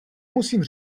musím